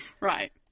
Right